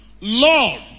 Lord